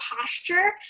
posture